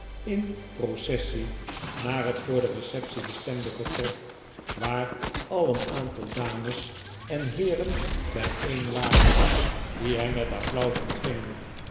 in processie naar net voor de receptie bestemde vertrek waar al een aantal dames en heeren bijeen waren die hem met applaus ontvingen